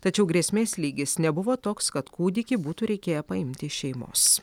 tačiau grėsmės lygis nebuvo toks kad kūdikį būtų reikėję paimti iš šeimos